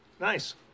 Nice